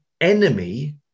enemy